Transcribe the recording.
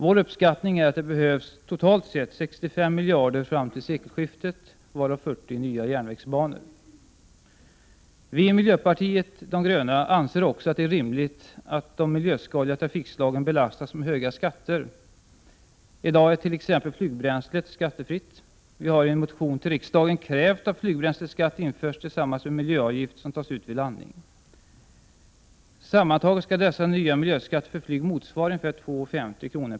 Vår uppskattning är att det behövs totalt sett 65 miljarder fram till sekelskiftet, varav 40 till nya järnvägsbanor. Vi i miljöpartiet de gröna anser också att det är rimligt att de miljöskadliga trafikslagen belastas med höga skatter. I dag är t.ex. flygbränslet skattefritt. Vi har i en motion till riksdagen krävt att en flygbränsleskatt införs tillsammans med en miljöavgift som tas ut vid landning. Sammantaget skall dessa nya miljöskatter för flyg motsvara ungefär 2:50 kr.